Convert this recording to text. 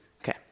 Okay